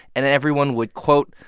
and then everyone would, quote,